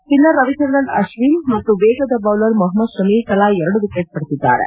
spinner Ravichandran Ashwin ಮತ್ತು ವೇಗದ bowler Mohammed Shami ತಲಾ ಎರಡು ವಿಕೆಟ್ ಪಡೆದಿದ್ದಾರೆ